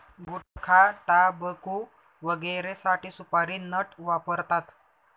गुटखाटाबकू वगैरेसाठी सुपारी नट वापरतात